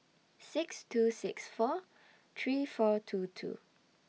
six two six four three four two two